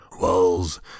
Walls